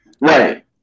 Right